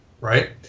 right